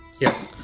Yes